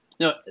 No